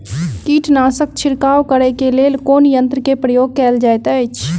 कीटनासक छिड़काव करे केँ लेल कुन यंत्र केँ प्रयोग कैल जाइत अछि?